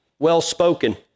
well-spoken